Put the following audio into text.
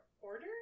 order